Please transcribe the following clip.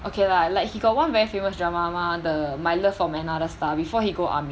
okay lah like he got one very famous drama mah the my love from another star before he go army